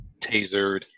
tasered